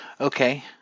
Okay